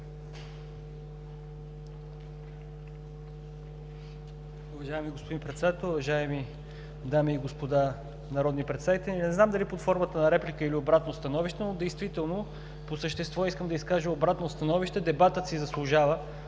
Уважаеми господин Председател, уважаеми дами и господа народни представители! Не знам дали под формата на реплика, или обратно становище, но по същество искам да изкажа обратно становище. Дебатът си заслужава.